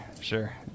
Sure